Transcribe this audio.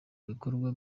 bikorwa